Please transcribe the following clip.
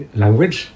language